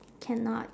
cannot